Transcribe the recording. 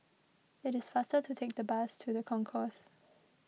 it is faster to take the bus to the Concourse